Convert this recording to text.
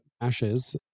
ashes